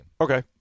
Okay